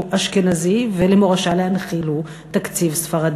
אשכנזי ול"מורשה להנחיל" הוא תקציב ספרדי.